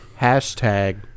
hashtag